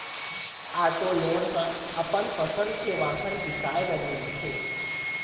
auto loan ह अपन पसंद के वाहन बिसाए बर मिलथे